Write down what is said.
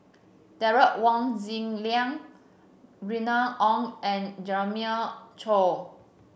Derek Wong Zi Liang Remy Ong and Jeremiah Choy